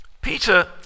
Peter